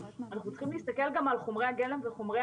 אנחנו צריכים להסתכל גם על חומרי הגלם וחומרי